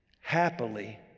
happily